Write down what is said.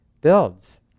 builds